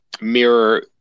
mirror